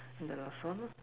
the last one